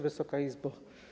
Wysoka Izbo!